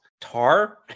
Tar